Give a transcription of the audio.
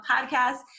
Podcast